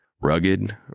Rugged